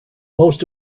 most